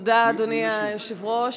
אדוני היושב-ראש,